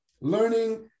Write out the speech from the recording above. learning